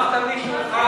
שכחת מישהו אחד